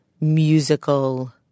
musical